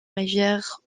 rivière